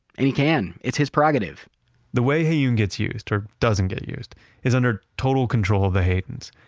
and he can, it's his prerogative the way heyoon gets used, or doesn't get used is under total control of the haydens.